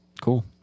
cool